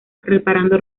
reparando